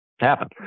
Happen